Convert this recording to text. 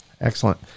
Excellent